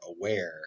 aware